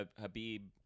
Habib